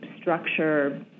structure